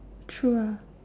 true lah